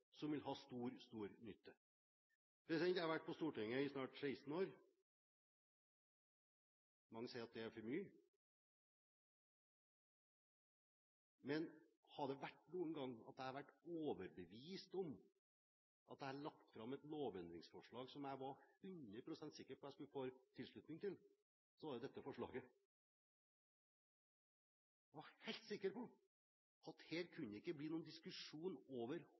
som vil ha stor nytte. Jeg har vært på Stortinget i snart 16 år, mange sier at det er for lenge. Men er det noen gang jeg har vært overbevist om at jeg har lagt fram et lovendringsforslag som jeg var 100 pst. sikker på at jeg skulle få tilslutning for, var det med dette forslaget. Jeg var helt sikker på at det ikke kunne bli noen diskusjon